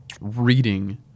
reading